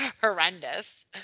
horrendous